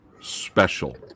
special